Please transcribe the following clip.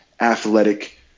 athletic